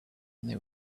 they